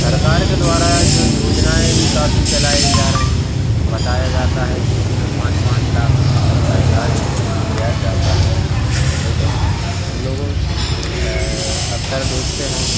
सरकार के द्वारा जो योजनाएँ भी काफ़ी चलाई जा रही हैं और बताया जाता है कि इनमें पाँच पाँच लाख रुपये तक का इलाज किया जाता है लेकिन हम लोगों अक्सर देखते हैं